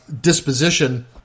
disposition